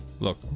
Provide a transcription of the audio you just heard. Look